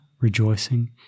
rejoicing